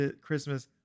Christmas